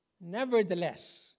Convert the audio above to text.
Nevertheless